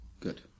Good